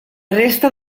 resta